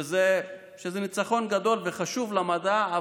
שזה ניצחון גדול וחשוב למדע,